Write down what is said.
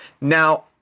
Now